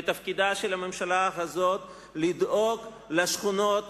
ותפקידה של הממשלה הזאת לדאוג לשכונות